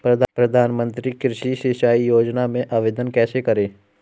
प्रधानमंत्री कृषि सिंचाई योजना में आवेदन कैसे करें?